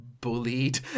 bullied